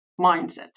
mindset